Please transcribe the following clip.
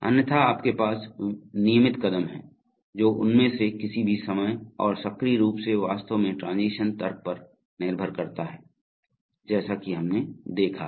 अन्यथा आपके पास नियमित कदम हैं जो उनमें से किसी भी समय और सक्रिय रूप से वास्तव में ट्रांजीशन तर्क पर निर्भर करता है जैसा कि हमने देखा है